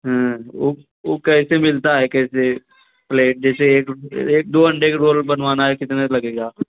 हम्म वो वो कैसे मिलता है कैसे प्लैट जैसे दो अंडे का रोल बनवाना है कितना लगेगा